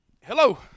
Hello